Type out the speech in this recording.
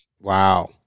Wow